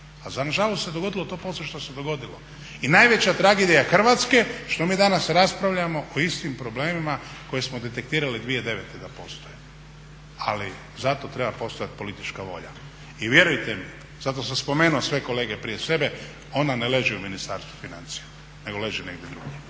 A nažalost se dogodilo to poslije što se dogodilo. I najveća tragedija Hrvatske je što mi danas raspravljamo o istim problemima koje smo detektirali 2009. da postoje. Ali za to treba postojati politička volja. I vjerujte mi, zato sam spomenuo sve kolege prije sebe, ona ne leži u Ministarstvu financija nego leži negdje drugdje.